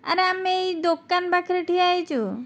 ଆରେ ଆମେ ଏହି ଦୋକାନ ପାଖରେ ଠିଆ ହୋଇଛୁ